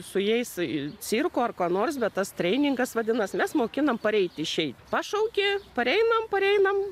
su jais cirko ar kuo nors bet tas treiningas vadinas mes mokinam pareit išeit pašauki pareinam pareinam